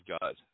God